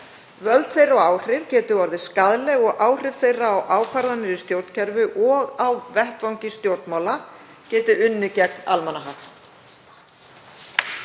völd þeirra og áhrif geti orðið skaðleg og áhrif þeirra á ákvarðanir í stjórnkerfinu og á vettvangi stjórnmála geti unnið gegn almannahag.